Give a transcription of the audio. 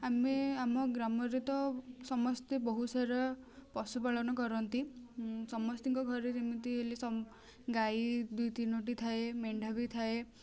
ଆମେ ଆମ ଗ୍ରାମରେ ତ ସମସ୍ତେ ବହୁ ସାରା ପଶୁ ପାଳନ କରନ୍ତି ସମସ୍ତଙ୍କ ଘରେ ଯେମିତି ହେଲେ ଗାଈ ଦୁଇ ତିନୋଟି ଥାଏ ମେଣ୍ଢା ବି ଥାଏ